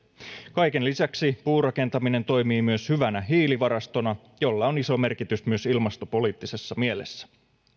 kaiken lisäksi puurakentaminen toimii myös hyvänä hiilivarastona jolla on iso merkitys myös ilmastopoliittisessa mielessä